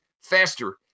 faster